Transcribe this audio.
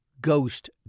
ghost